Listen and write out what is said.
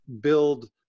build